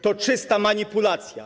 To czysta manipulacja.